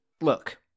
Look